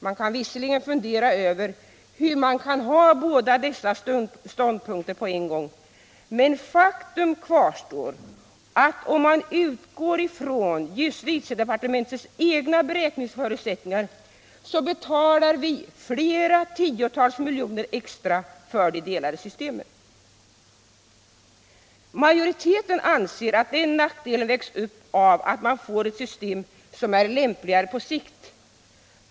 Man kan visserligen fundera över hur det är möjligt att ha båda dessa ståndpunkter på en gång - men faktum kvarstår att om man utgår från justitiedepartementets egna beräkningsförutsättningar så betalar vi flera tiotal miljoner extra för de delade systemen. Majoriteten anser att den nackdelen vägs upp av att man får ett system som är lämpligare på sikt.